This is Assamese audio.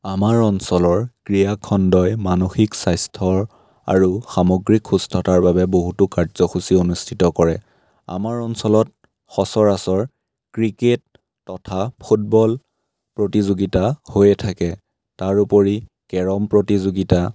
আমাৰ অঞ্চলৰ ক্ৰীড়াখণ্ডই মানসিক স্বাস্থ্যৰ আৰু সামগ্ৰিক সুস্থতাৰ বাবে বহুতো কাৰ্যসূচী অনুষ্ঠিত কৰে আমাৰ অঞ্চলত সচৰাচৰ ক্ৰিকেট তথা ফুটবল প্ৰতিযোগিতা হৈয়ে থাকে তাৰোপৰি কেৰম প্ৰতিযোগিতা